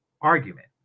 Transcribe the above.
argument